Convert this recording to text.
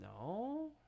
no